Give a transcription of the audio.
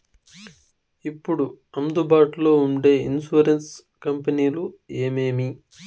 ఇప్పుడు అందుబాటులో ఉండే ఇన్సూరెన్సు కంపెనీలు ఏమేమి?